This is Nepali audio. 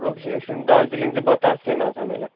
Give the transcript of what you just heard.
दार्जिलिङ चाहिँ बतासेमा छ मेरो